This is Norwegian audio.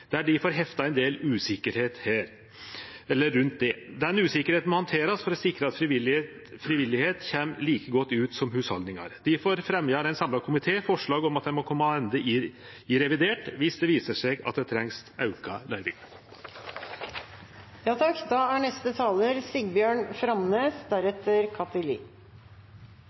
hefta ein del uvisse rundt det. Den uvissa må handterast for å sikre at frivilligheit kjem like godt ut som hushald. Difor fremjar ein samla komité forslag om at ein må kome attende i revidert dersom det viser seg at det trengst auka løyvingar. Vinterens høge straumprisar har ramma hardt, og dei har ramma breitt. Mykje er